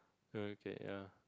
err okay ya